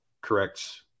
correct